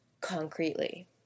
concretely